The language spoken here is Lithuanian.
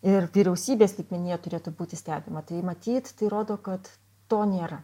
ir vyriausybės lygmenyje turėtų būti stebima tai matyt tai rodo kad to nėra